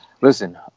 listen